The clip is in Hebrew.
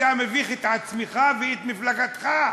אתה מביך את עצמך ואת מפלגתך.